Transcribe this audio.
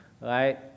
right